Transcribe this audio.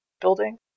building